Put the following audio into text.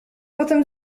potem